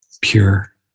pure